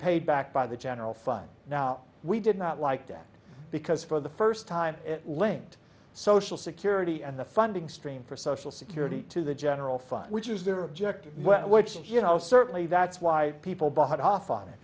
paid back by the general fund now we did not like that because for the first time it linked social security and the funding stream for social security to the general fund which is their objective which is you know certainly that's why people bought off on it